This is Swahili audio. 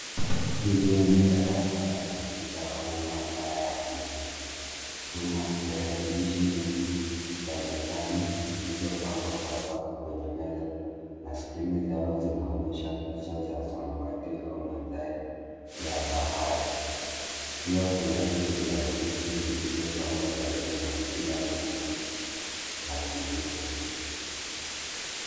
Hili ni darasa la kompyuta au maabara ya kompyuta. Kuna tarakilishi nyingi za mezani zilizopangwa kwa safu kwenye meza na skirini zao zinaonesha picha za samawati au mandhari ya bahari. Pia kuna viti vya ofisi vilivyopangwa karibu na kila meza ya kompyuta.